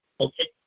Okay